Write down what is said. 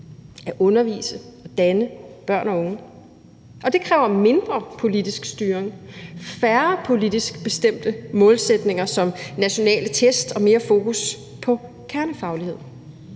at undervise og danne børn og unge, og det kræver mindre politisk styring, færre politisk bestemte målsætninger som nationale test og mere fokus på kernefaglighed.